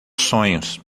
sonhos